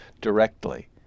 directly